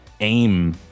aim